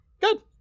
good